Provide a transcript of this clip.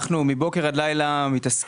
אנחנו מבוקר עד לילה מתעסקים,